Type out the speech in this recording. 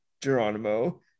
geronimo